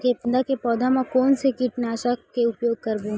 गेंदा के पौधा म कोन से कीटनाशक के उपयोग करबो?